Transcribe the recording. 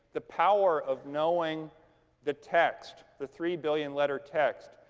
the power of knowing the text, the three billion letter text,